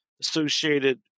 associated